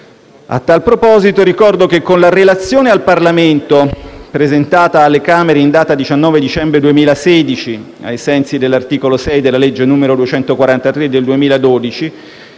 A tal proposito, ricordo che con la relazione al Parlamento presentata alle Camere in data 19 dicembre 2016, ai sensi dell'articolo 6 della legge n. 243 del 2012,